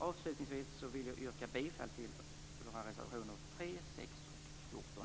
Avslutningsvis vill jag yrka bifall till våra reservationer 3, 6 och 14.